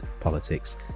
politics